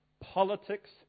politics